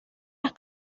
las